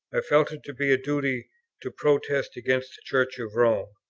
i felt it to be a duty to protest against the church of rome.